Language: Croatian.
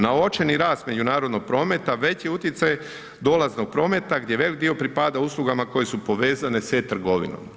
Na očajni rast međunarodnih prometa, veći utjecaj dolaznog prometa, gdje velik dio pripada usluga koje su povezane s e-Trgovinom.